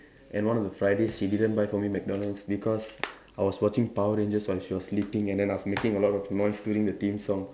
and one of the Fridays she didn't buy for me McDonald's because I was watching power rangers while she was sleeping and then I was making a lot of noise during the theme song